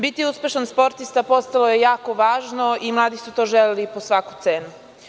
Biti uspešan sportista postalo je jako važno i mladi su to želeli po svaku cenu.